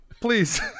please